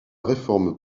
réforme